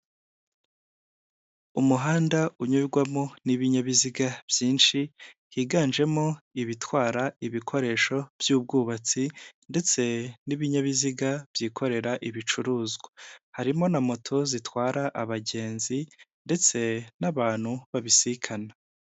Umuhanda unyurwamo n'ibinyabiziga byinshi higanjemo ibitwara ibikoresho by'ubwubatsi, ndetse n'ibinyabiziga byikorera ibicuruzwa. Harimo na moto zitwara abagenzi ndetse n'abantu babisikana.